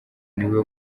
niwe